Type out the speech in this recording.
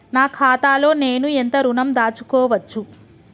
నా ఖాతాలో నేను ఎంత ఋణం దాచుకోవచ్చు?